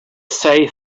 say